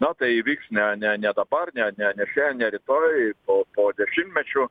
na tai įvyks ne ne ne dabar ne ne ne šiandien ne rytoj o po dešimtmečių